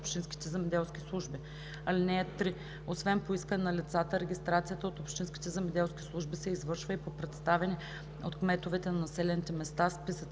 общинските земеделски служби. (3) Освен по искане на лицата, регистрацията от общинските земеделски служби се извършва и по представени от кметовете на населените места списъци.